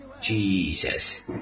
Jesus